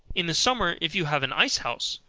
in the summer, if you have an ice-house,